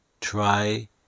Try